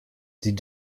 sie